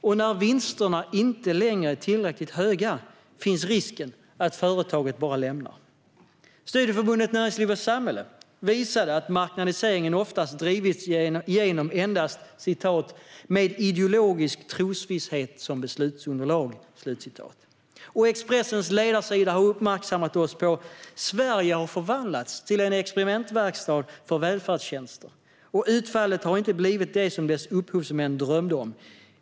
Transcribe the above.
Och när vinsterna inte längre är tillräckligt höga finns risken att företaget bara lämnar. Studieförbundet Näringsliv och Samhälle visade att marknadiseringen oftast drivits igenom endast "med ideologisk trosvisshet som beslutsunderlag". Expressens ledarsida skrev att "Sverige har förvandlats till experimentverkstad för välfärdstjänster. Och utfallet har inte blivit det som dess upphovsmän drömde om.